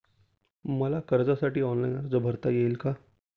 मला कर्जासाठी ऑनलाइन अर्ज भरता येईल का?